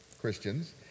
Christians